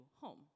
home